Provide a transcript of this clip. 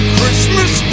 Christmas